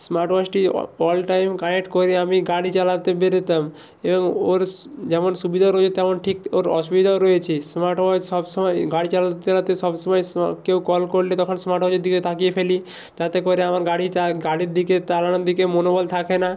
smart ওয়াচটি all time connect করে আমি গাড়ি চালাতে বেরোতাম এবং ওরস্ যেমন সুবিধা রয়ে তেমন ঠিক ওর অসুবিদাও রয়েছে স্মার্ট ওয়াচ সব সময় গাড়ি চালাতে চালাতে সব সময় কেউ কল করলে তখন স্মার্ট ওয়াচের দিকে তাকিয়ে ফেলি তাতে করে আমার গাড়ি চা গাড়ির দিকে চালানোর দিকে মনোবল থাকে না